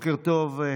וקר טוב.